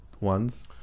ones